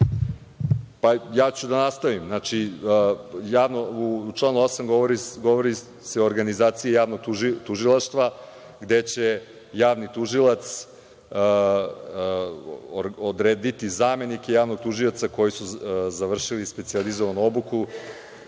Ja ću da nastavim. Znači, u članu 8. govori se o organizaciji javnog tužilaštva, gde će javni tužilac odrediti zamenike javnog tužioca koji su završili specijalizovanu obuku